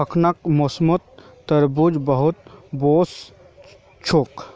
अखनार मौसमत तरबूज बहुत वोस छेक